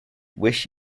wish